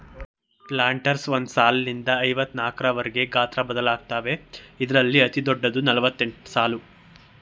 planters ಒಂದ್ ಸಾಲ್ನಿಂದ ಐವತ್ನಾಕ್ವರ್ಗೆ ಗಾತ್ರ ಬದಲಾಗತ್ವೆ ಇದ್ರಲ್ಲಿ ಅತಿದೊಡ್ಡದು ನಲವತ್ತೆಂಟ್ಸಾಲು